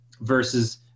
versus